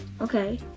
Okay